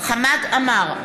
חמד עמאר,